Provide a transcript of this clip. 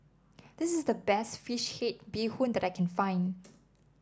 this is the best fish head Bee Hoon that I can find